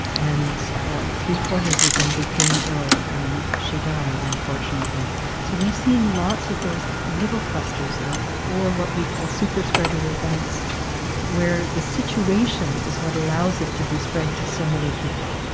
and three quarters of them became ill and she died unfortunately. so we've seen lots of those little clusters or or what we call super spreader events where the situation is what allows it to be spread to so many people.